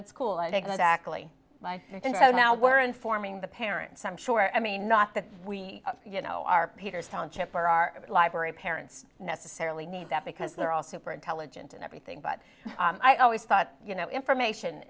it's cool i think that actually now we're informing the parents i'm sure i mean not that we you know our peter township or our library parents necessarily need that because they're all super intelligent and everything but i always thought you know information